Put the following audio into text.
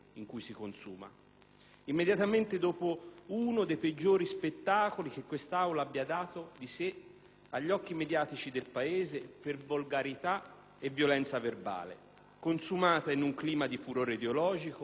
immediatamente dopo uno dei peggiori spettacoli che quest'Aula abbia dato di sé agli occhi mediatici del Paese per volgarità e violenza verbale, consumato in un clima di furore ideologico degno di altri tempi,